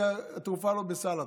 כי התרופה לא בסל התרופות?